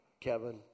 Kevin